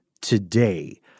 today